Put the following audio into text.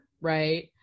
right